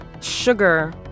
sugar